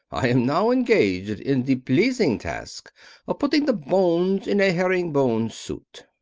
i am now engaged in the pleasing task of putting the bones in a herringbone suit.